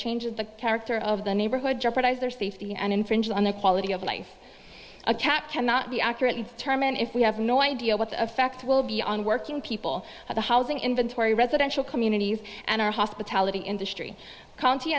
changes the character of the neighborhood jeopardize their safety and infringe on their quality of life a cap cannot be accurately turman if we have no idea what the effect will be on working people the housing inventory residential communities and our hospitality industry county